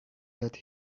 that